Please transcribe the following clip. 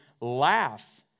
laugh